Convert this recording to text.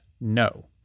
No